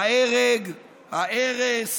ההרג, ההרס,